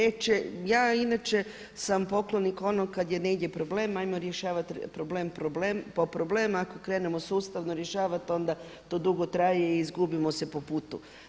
Ja inače sam poklonik onog kada je negdje problem, ajmo rješavat problem po problem, a ako krenemo sustavno rješavati pa onda to dugo traje i izgubimo se po putu.